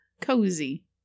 cozy